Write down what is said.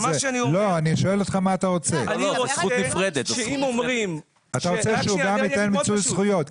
אני רוצה שאם אומרים --- אתה רוצה שהוא גם ייתן מיצוי זכויות,